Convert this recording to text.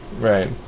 right